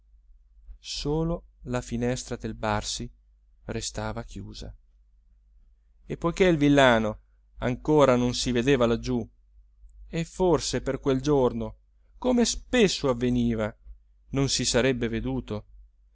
solo la finestra del barsi restava chiusa e poiché il villano ancora non si vedeva laggiù e forse per quel giorno come spesso avveniva non si sarebbe veduto